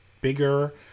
bigger